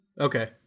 Okay